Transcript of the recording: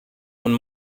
von